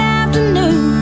afternoon